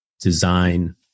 design